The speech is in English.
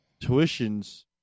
tuitions